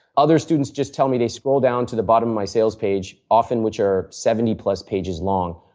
other students just tell me they scroll down to the bottom of my sales page, often which are seventy plus pages long,